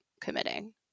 committing